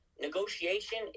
Negotiation